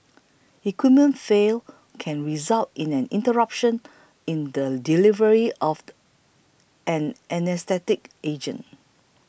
equipment failure can result in an interruption in the delivery of the anaesthetic agent